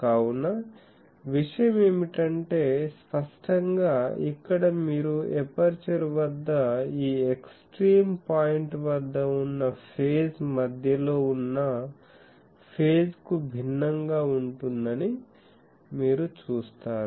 కావున విషయం ఏమిటంటే స్పష్టంగా ఇక్కడ మీరు ఎపర్చరు వద్ద ఈ ఎక్స్ట్రీమ్ పాయింట్ వద్ద ఉన్న ఫేజ్ మధ్యలో ఉన్న ఫేజ్ కు భిన్నంగా ఉంటుందని మీరు చూస్తారు